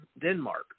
Denmark